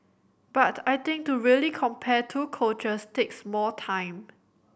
but I think to really compare two coaches takes more time